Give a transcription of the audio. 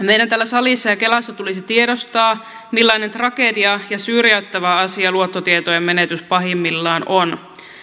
meidän täällä salissa ja kelassa tulisi tiedostaa millainen tragedia ja syrjäyttävä asia luottotietojen menetys pahimmillaan on